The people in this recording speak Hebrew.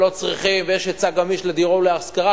ויש היצע גמיש לדיור ולהשכרה,